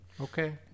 Okay